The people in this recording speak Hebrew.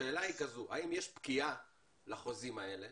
האם יש פקיעה לחוזים האלה